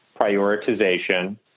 prioritization